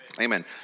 Amen